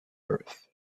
earth